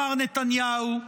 מר נתניהו,